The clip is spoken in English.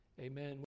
Amen